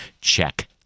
check